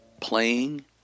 playing